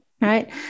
Right